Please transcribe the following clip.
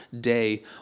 day